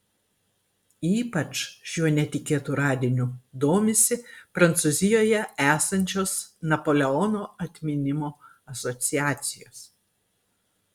ypač šiuo netikėtu radiniu domisi prancūzijoje esančios napoleono atminimo asociacijos